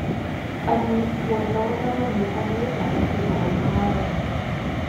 ar jūs puošdavote namie eglutę kai buvai mažas